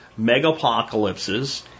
megapocalypses